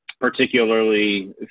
particularly